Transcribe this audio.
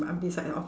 uh beside of